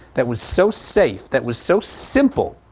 that was so safe, that was so simple.